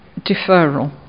deferral